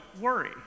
worry